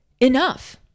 enough